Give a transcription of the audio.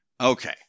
Okay